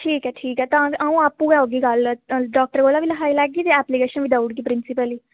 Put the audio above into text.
ठीक ऐ ठीक ऐ तां आ'ऊं आपू गै औगी कल डाक्टरै कोला बी लखाई लैगी ते ऐप्लीकेशन बी देउड़गी प्रिंसीपल गी